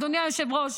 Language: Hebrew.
אדוני היושב-ראש,